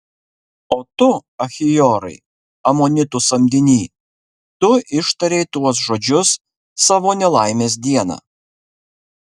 o tu achiorai amonitų samdiny tu ištarei tuos žodžius savo nelaimės dieną